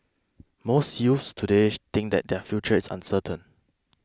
most youths today she think that their future is uncertain